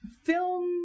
Film